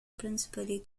principally